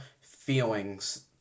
feelings